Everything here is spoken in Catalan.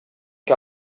que